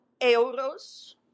euros